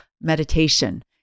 meditation